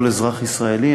כל אזרח ישראלי,